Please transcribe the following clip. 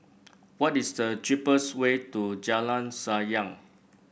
what is the cheapest way to Jalan Sayang